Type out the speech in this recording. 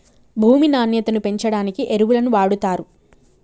భూమి నాణ్యతను పెంచడానికి ఎరువులను వాడుతారు